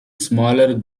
smaller